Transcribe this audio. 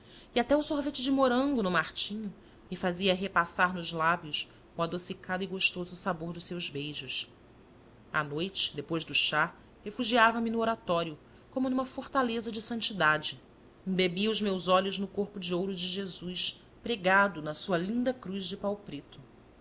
e até o sorvete de morango no martinho me fazia repassar nos lábios o adocicado e gostoso sabor dos seus beijos ã noite depois do chá refugiava me no oratório como numa fortaleza de santidade embebia os meus olhos no corpo de ouro de jesus pregado na sua linda cruz de pau preto